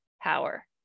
power